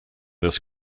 this